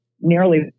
nearly